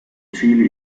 chile